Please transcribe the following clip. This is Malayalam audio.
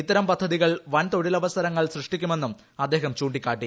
ഇത്തരം പദ്ധതികൾ വൻതൊഴിലവസരങ്ങൾ സൃഷ്ടിക്കുമെന്നും അദ്ദേഹം ചൂണ്ടിക്കാട്ടി